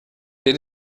der